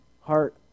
heart